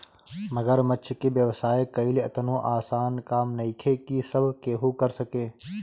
मगरमच्छ के व्यवसाय कईल एतनो आसान काम नइखे की सब केहू कर सके